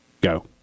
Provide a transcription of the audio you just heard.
Go